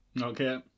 Okay